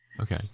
Okay